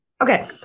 Okay